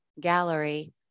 Gallery